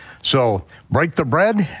so break the bread,